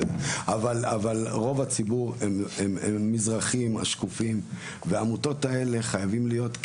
אבל רוב הציבור הם המזרחים השקופים והעמותות האלה חייבים להיות,